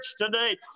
today